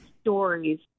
stories